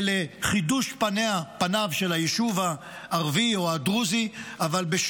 ולחידוש פניו של היישוב הערבי או הדרוזי,